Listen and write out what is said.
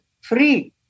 free